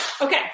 Okay